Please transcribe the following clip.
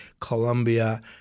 Colombia